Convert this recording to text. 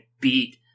beat